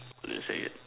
how do you say it